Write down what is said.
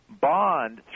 bond